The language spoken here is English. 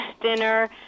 dinner